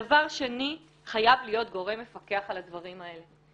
דבר שני, חייב להיות גורם מפקח על הדברים האלה.